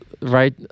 right